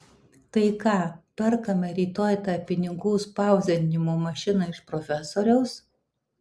tai ką perkame rytoj tą pinigų spausdinimo mašiną iš profesoriaus